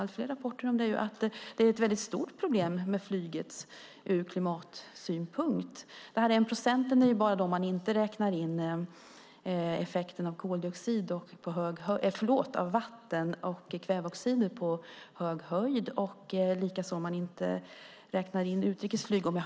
Allt fler rapporter visar att flyget är ett stort problem ur klimatsynpunkt. 1 procent gäller bara om man inte räknar in effekten av vatten och kväveoxider på hög höjd samt utrikes flyg.